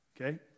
Okay